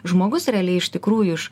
žmogus realiai iš tikrųjų iš